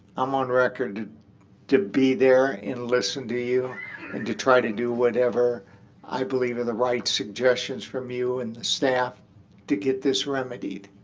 i'm on record to be there and listen to you and to try to do whatever i believe are the right suggestions from you and the staff to get this remedied.